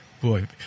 boy